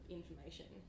information